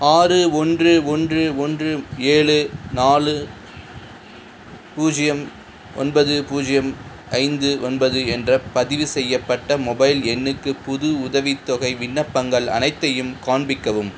ஆறு ஒன்று ஒன்று ஒன்று ஏழு நாலு பூஜ்ஜியம் ஒன்பது பூஜ்ஜியம் ஐந்து ஒன்பது என்ற பதிவு செய்யப்பட்ட மொபைல் எண்ணுக்கு புது உதவித்தொகை விண்ணப்பங்கள் அனைத்தையும் காண்பிக்கவும்